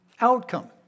outcome